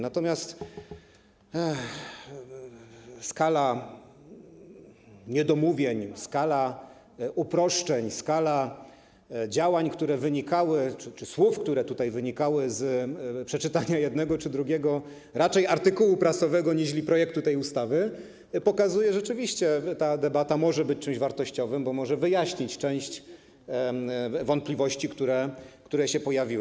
Natomiast skala niedomówień, skala uproszczeń, skala działań czy słów, które tutaj wynikały z przeczytania jednego czy drugiego raczej artykułu prasowego niżli projektu tej ustawy, pokazuje rzeczywiście, że ta debata może być czymś wartościowym, bo może wyjaśnić część wątpliwości, które się pojawiły.